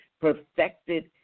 perfected